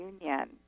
union